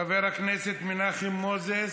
חבר הכנסת מנחם מוזס,